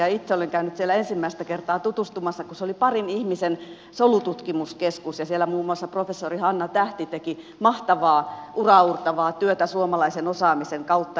itse olen käynyt siellä ensimmäistä kertaa tutustumassa kun se oli parin ihmisen solututkimuskeskus ja siellä muun muassa professori hanna tähti teki mahtavaa uraauurtavaa työtä suomalaisen osaamisen kautta